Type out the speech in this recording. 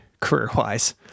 career-wise